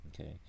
Okay